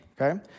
okay